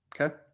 okay